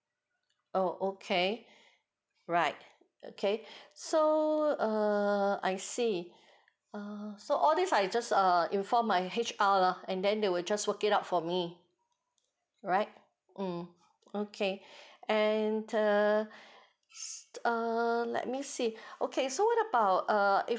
oh okay right okay so uh I see err so all these I just err inform my H_R lah and then they will just work it out for me right mm okay and err shh~ err let me see okay so what about uh if